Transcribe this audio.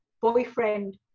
boyfriend